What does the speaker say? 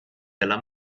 della